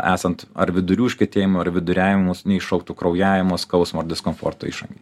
esant ar vidurių užkietėjimui ar viduriavimas neiššauktų kraujavimo skausmo ar diskomforto išangėj